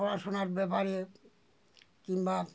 পড়াশোনার ব্যাপারে কিংবা